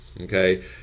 Okay